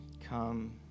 Come